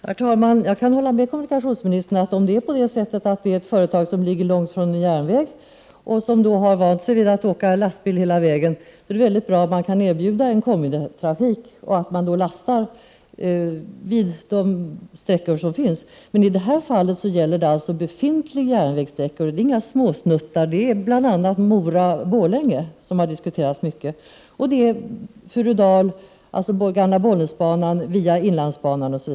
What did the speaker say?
Herr talman! Jag kan hålla med kommunikationsministern om att det för ett företag som ligger långt från järnväg och som har vant sig vid att åka lastbil hela vägen är mycket bra om SJ kan erbjuda kombitrafik, där företagen får lasta vid de järnvägar som finns. I detta fall gäller det emellertid en befintlig järnvägssträckning, och det är inte fråga om några småsnuttar. Det är bl.a. sträckan Mora-Borlänge, som har diskuterats mycket, och sträckan över Furudal, dvs. gamla Bollnäsbanan via inlandsbanan.